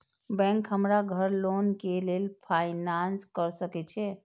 Bank हमरा घर loan के लेल फाईनांस कर सके छे?